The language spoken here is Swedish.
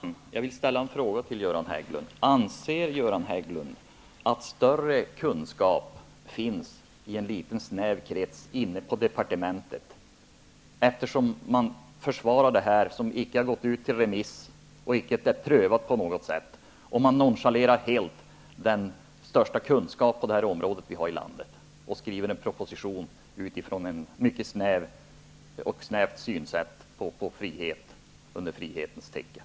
Fru talman! Jag vill ställa en fråga till Göran Hägglund: Anser Göran Hägglund att större kunskap finns i en liten snäv krets inne på departementet? Man försvarar ju ett förslag som inte gick ut på remiss och som inte är prövat på något sätt. Man nonchalerar helt den största kunskapen på det här området och skriver en proposition utifrån en mycket snäv syn på frihet under frihetens tecken.